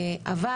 אבל,